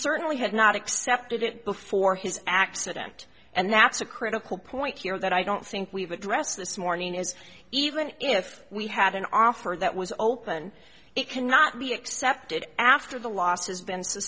certainly had not accepted it before his accident and that's a critical point here that i don't think we've addressed this morning is even if we had an offer that was open it cannot be accepted after the loss has been